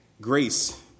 grace